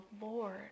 Lord